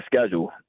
schedule